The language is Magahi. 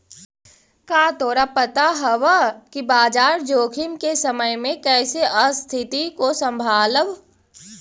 का तोरा पता हवअ कि बाजार जोखिम के समय में कइसे स्तिथि को संभालव